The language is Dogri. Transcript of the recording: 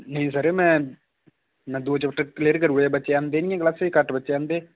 नेईं सर मैं मैं दो चैप्टर क्लियर करी ओड़े दे बच्चे आंदे नेईं क्लासै च घट्ट बच्चे आंदे